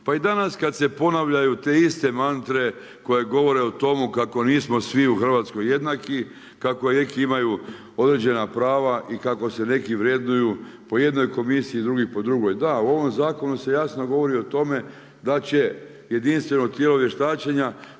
Pa i danas kad se ponavljaju te iste mantre koje govore o tomu kako nismo svi u Hrvatskoj jednaki, kako neki imaju određena prava i kako se neki vrednuju po jednoj komisiji, drugi po drugoj. Da, u ovom zakonu se jasno govori o tome da će jedinstveno tijelo vještačenja